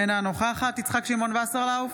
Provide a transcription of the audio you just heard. אינה נוכחת יצחק שמעון וסרלאוף,